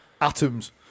Atoms